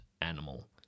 animal